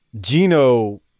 Gino